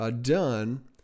done